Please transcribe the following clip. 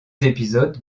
épisodes